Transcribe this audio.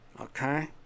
okay